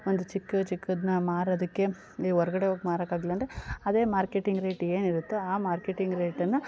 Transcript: ಒಂದು ಚಿಕ್ಕ ಚಿಕ್ಕದನ್ನ ಮಾರೋದಕ್ಕೆ ಈ ಹೊರ್ಗಡೆ ಹೋಗ್ ಮಾರೋಕ್ಕಾಗ್ಲಿಲ್ಲ ಅಂದರೆ ಅದೇ ಮಾರ್ಕೆಟಿಂಗ್ ರೇಟ್ ಏನಿರುತ್ತೋ ಆ ಮಾರ್ಕೆಟಿಂಗ್ ರೇಟನ್ನು